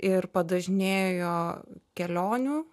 ir padažnėjo kelionių